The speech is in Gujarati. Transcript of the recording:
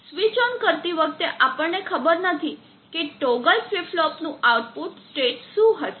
સ્વિચ ઓન કરતી વખતે આપણને ખબર નથી કે ટોગલ ફ્લિપ ફ્લોપ નું આઉટપુટ સ્ટેટ શું હશે